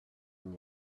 and